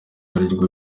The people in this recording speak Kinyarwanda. abo